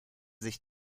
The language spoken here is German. sich